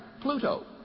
Pluto